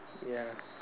ya